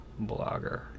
blogger